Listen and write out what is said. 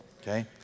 okay